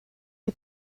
que